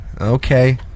okay